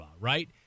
right